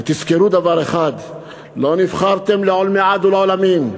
ותזכרו דבר אחד, לא נבחרתם לעולמי עד ולעולמים.